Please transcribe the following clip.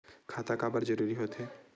खाता काबर जरूरी हो थे?